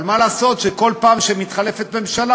אבל מה לעשות שכל פעם שמתחלפת ממשלה,